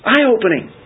Eye-opening